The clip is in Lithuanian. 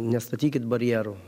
nestatykit barjerų